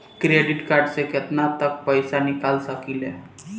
Credit card से केतना तक पइसा निकाल सकिले?